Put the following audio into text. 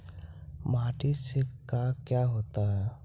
माटी से का क्या होता है?